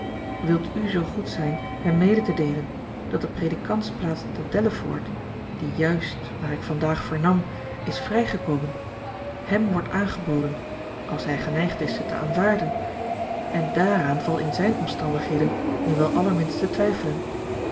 wilt u zoo goed zijn hem mede te deelen dat de predikantsplaats te delaford die juist naar ik vandaag vernam is vrijgekomen hem wordt aangeboden als hij geneigd is ze te aanvaarden en dààraan valt in zijn omstandigheden nu wel allerminst te twijfelen